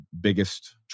biggest